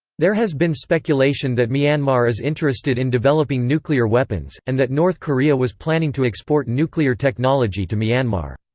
there has been speculation that myanmar is interested in developing nuclear weapons, and that north korea was planning to export nuclear technology to myanmar.